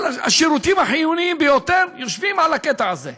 כל השירותים החיוניים ביותר יושבים על הקטע הזה.